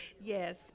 yes